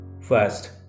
First